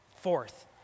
Fourth